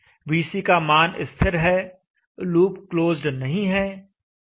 VC का मान स्थिर है लूप क्लोज्ड नहीं है